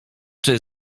czy